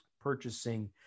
purchasing